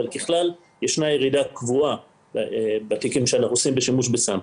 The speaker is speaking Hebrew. אבל ככלל ישנה ירידה קבועה בתיקים שאנחנו עושים בשימוש בסם.